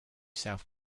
south